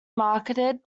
marketed